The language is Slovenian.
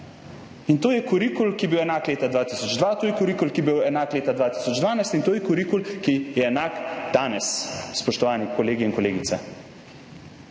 In to je kurikul, ki je bil enak leta 2002, to je kurikul, ki je bil enak leta 2012, in to je kurikul, ki je enak danes, spoštovani kolegi in kolegice.